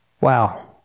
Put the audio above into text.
Wow